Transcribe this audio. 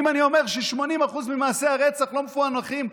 אם אני אומר ש-80% ממעשי הרצח לא מפוענחים,